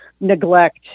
Neglect